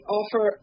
offer